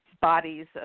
bodies